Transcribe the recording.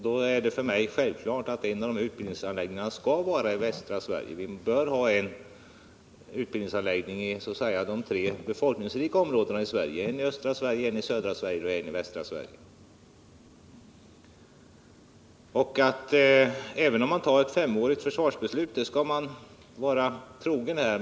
Det är då för mig självklart att en av utbildningsanläggningarna skall ligga i västra Sverige, eftersom vi bör ha en utbildningsanläggning i vart och ett av de tre befolkningsrikaste områdena i landet: en i östra Sverige, en i södra Sverige och en i västra Sverige. Även om man fattar ett femårigt försvarsbeslut skall man naturligtvis följa det.